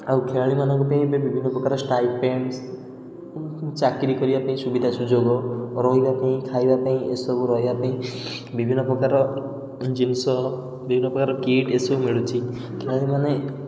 ଆଉ ଖେଳାଳିମାନଙ୍କ ପାଇଁ ଏବେ ବିଭିନ୍ନ ପ୍ରକାର ଷ୍ଟାଇପେଣ୍ଡସ୍ ଚାକିରି କରିବାପାଇଁ ସୁବିଧା ସୁଯୋଗ ରହିବାପାଇଁ ଖାଇବାପାଇଁ ଏସବୁ ରହିବାପାଇଁ ବିଭିନ୍ନ ପ୍ରକାର ଜିନଷ ବିଭିନ୍ନ ପ୍ରକାର କୀଟ୍ ଏସବୁ ମିଳୁଛି ଖେଳାଳିମାନେ